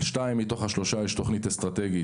על שניים מתוך השלושה יש תוכנית אסטרטגית